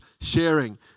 sharing